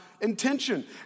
intention